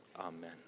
Amen